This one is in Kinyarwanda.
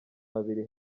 babiri